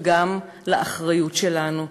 וגם לאחריות שלנו.